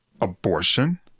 abortion